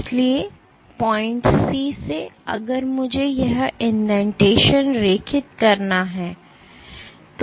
इसलिए point C से अगर मुझे यह इंडेंटेशन रेखित करना है